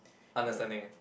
understanding